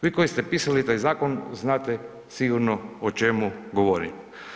Vi koji ste pisali taj zakon, znate sigurno o čemu govorim.